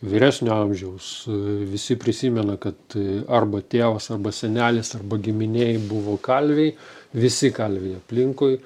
vyresnio amžiaus visi prisimena kad arba tėvas arba senelis arba giminėj buvo kalviai visi kalviai aplinkui